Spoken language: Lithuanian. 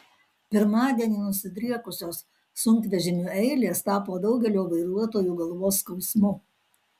pirmadienį nusidriekusios sunkvežimių eilės tapo daugelio vairuotojų galvos skausmu